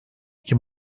iki